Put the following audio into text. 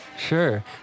Sure